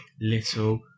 little